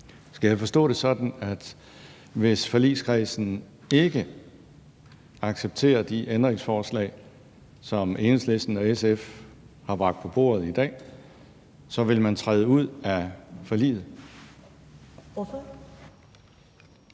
Skal jeg forstå det sådan, at hvis forligskredsen ikke accepterer de ændringsforslag, som Enhedslisten og SF har bragt på bordet i dag, så vil man træde ud af forliget?